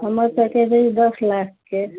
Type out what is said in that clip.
हमर पैकेज अइ दस लाखके